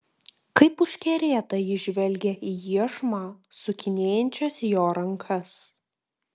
kaip užkerėta ji žvelgė į iešmą sukinėjančias jo rankas